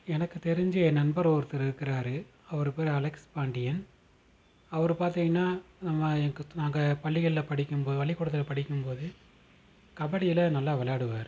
எனக்கு தெரிஞ்சு என் நண்பர் ஒருத்தர் இருக்கிறாரு அவர் பேர் அலெக்ஸ் பாண்டியன் அவர் பார்த்தீங்கன்னா நம்ம எங்கள் நாங்கள் பள்ளிகள்ல படிக்கும்போது பள்ளிக்கூடத்தில் படிக்கும்போது கபடியில நல்லா விளாடுவாரு